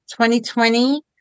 2020